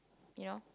you know